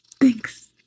Thanks